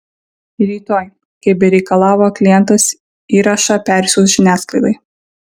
rytoj kaip reikalavo klientas įrašą persiųs žiniasklaidai